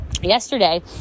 yesterday